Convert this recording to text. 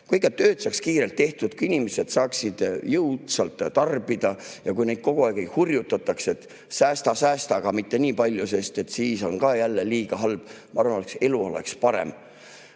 Kui tööd saaks kiirelt tehtud, inimesed saaksid jõudsalt tarbida ja kogu aeg ei hurjutataks, et säästa-säästa, aga mitte liiga palju, sest siis on jälle halb, ma arvan, et elu oleks parem.